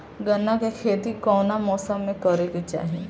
गन्ना के खेती कौना मौसम में करेके चाही?